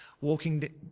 walking